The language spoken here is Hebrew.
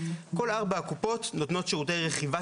כל ארבע הקופות נותנות שירותי רכיבה